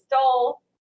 stole